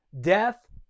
Death